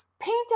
Paint